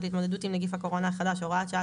להתמודדות עם נגיף הקורונה החדש (הוראת שעה),